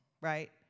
right